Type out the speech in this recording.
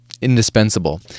indispensable